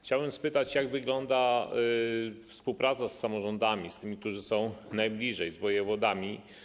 Chciałbym spytać, jak wygląda współpraca z samorządami, z tymi, którzy są najbliżej, z wojewodami.